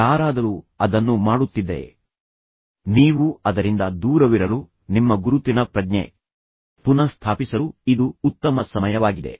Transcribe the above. ಯಾರಾದರೂ ಅದನ್ನು ಮಾಡುತ್ತಿದ್ದರೆ ನೀವು ಅದರಿಂದ ದೂರವಿರಲು ನಿಮ್ಮ ಗುರುತಿನ ಪ್ರಜ್ಞೆ ಪುನಃಸ್ಥಾಪಿಸಲು ಇದು ಉತ್ತಮ ಸಮಯವಾಗಿದೆ